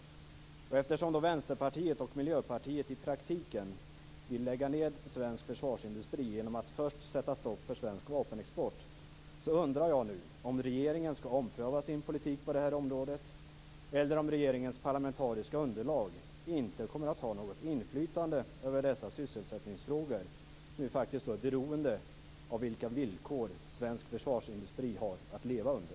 Eftersom Vänsterpartiet och Miljöpartiet i praktiken vill lägga ned svensk försvarsindustri genom att först sätta stopp för svensk vapenexport, undrar jag om regeringen skall ompröva sin politik på det här området eller om regeringens parlamentariska underlag inte kommer att ha något inflytande över dessa sysselsättningsfrågor som faktiskt är beroende av vilka villkor svensk försvarsindustri har att leva under.